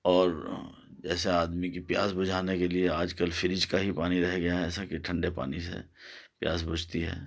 اور جیسے آدمی کی پیاس بجھانے کے لیے آج کل فریج کا ہی پانی رہ گیا ہے ایسا کی ٹھنڈے پانی سے پیاس بجھتی ہے